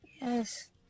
yes